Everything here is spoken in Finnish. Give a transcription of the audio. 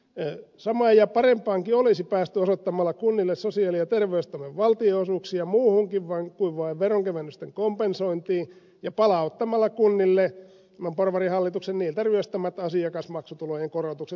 samaan ja parempaankin olisi päästy osoittamalla kunnille sosiaali ja terveystoimen valtionosuuksia muuhunkin kuin vain veronkevennysten kompensointiin ja palauttamalla kunnille tämän porvarihallituksen niiltä ryöstämät asiakasmaksutulojen korotukset